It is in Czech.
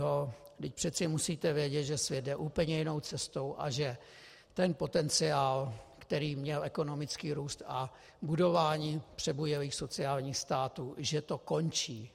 Pro boha živého, vždyť přece musíte vědět, že svět jde úplně jinou cestou a že ten potenciál, který měl ekonomický růst, a budování přebujelých sociálních států, že to končí!